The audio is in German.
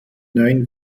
neun